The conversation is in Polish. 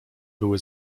były